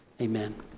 Amen